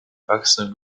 wachsenden